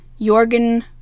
Jorgen